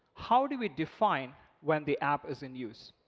how do we define when the app is in use?